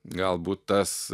galbūt tas